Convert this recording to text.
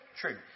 true